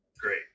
Great